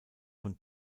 von